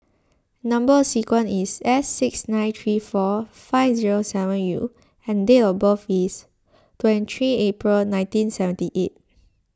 Number Sequence is S six nine three four five zero seven U and date of birth is twenty three April nineteen seventy eight